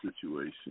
situation